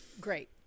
Great